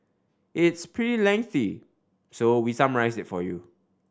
it's pretty lengthy so we summarised it for you